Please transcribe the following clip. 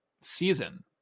season